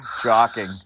Shocking